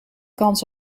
kans